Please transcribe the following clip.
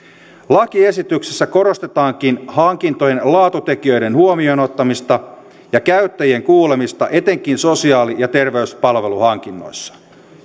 lakiesityksessä korostetaankin hankintojen laatutekijöiden huomioonottamista ja käyttäjien kuulemista etenkin sosiaali ja terveyspalveluhankinnoissa